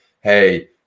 hey